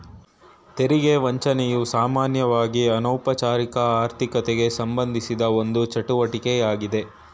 ತೆರಿಗೆ ವಂಚನೆಯು ಸಾಮಾನ್ಯವಾಗಿಅನೌಪಚಾರಿಕ ಆರ್ಥಿಕತೆಗೆಸಂಬಂಧಿಸಿದ ಒಂದು ಚಟುವಟಿಕೆ ಯಾಗ್ಯತೆ